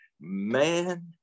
man